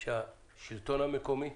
השלטון המקומי.